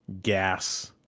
gas